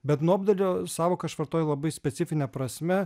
bet nuobodulio sąvoką aš vartoju labai specifine prasme